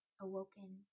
awoken